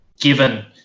given